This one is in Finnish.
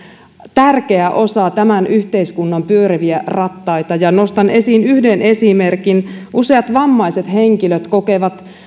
tärkeä osa tämän yhteiskunnan pyöriviä rattaita nostan esiin yhden esimerkin useat vammaiset henkilöt kokevat